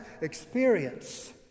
experience